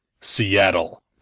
Seattle